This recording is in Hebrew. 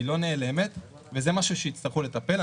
היא לא נעלמת, וזה משהו שיצטרכו לטפל בו.